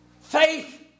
Faith